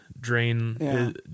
Drain